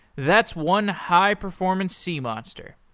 that's one high performance sea monster.